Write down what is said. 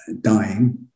dying